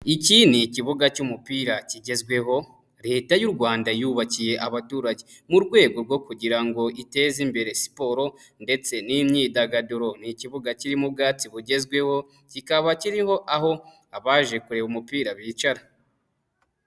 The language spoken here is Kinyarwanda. Iki ni ikibuga cy'umupira kigezweho leta y'u Rwanda yubakiye abaturage, mu rwego rwo kugira ngo iteze imbere siporo, ndetse n'imyidagaduro. Ni ikibuga kirimo ubwatsi bugezweho kikaba kiriho aho abaje kureba umupira bicara.